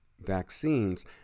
vaccines